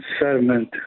sediment